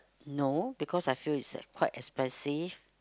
no because I feel is like quite expensive